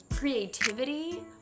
creativity